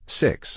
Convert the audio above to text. six